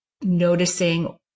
noticing